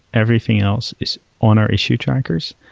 everything else is on our issue trackers.